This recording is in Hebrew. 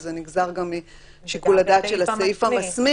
אז זה נגזר גם משיקול הדעת של הסעיף המסמיך.